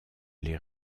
les